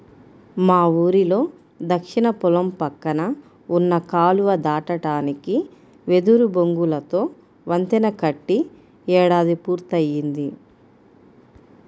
మా ఊరిలో దక్షిణ పొలం పక్కన ఉన్న కాలువ దాటడానికి వెదురు బొంగులతో వంతెన కట్టి ఏడాది పూర్తయ్యింది